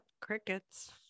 crickets